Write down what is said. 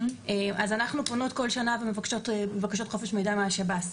אז אנחנו פונות כל שנה ומבקשות בקשות לחופש מידע מהשב"ס,